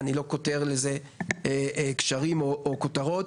אני לא קושר לזה קשרים או כותרות